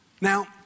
Now